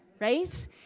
right